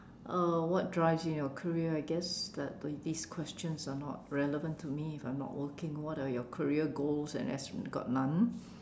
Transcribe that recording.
uh what drives you in your career I guess that these questions are not relevant to me if I'm not working what are your career goals and as got none